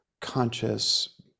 conscious